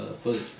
footage